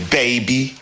baby